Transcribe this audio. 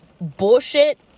bullshit